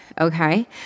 Okay